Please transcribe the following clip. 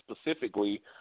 specifically